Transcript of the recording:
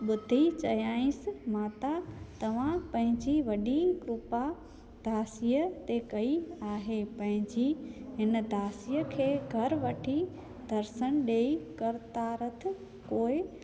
ॿुधी चयाइसि माता तव्हां पंहिंजी वॾी कृपा दासीअ ते कई आहे पंहिंजी हिन दासीअ खे घरु वठी दर्शनु ॾेई कर्तारथ कोई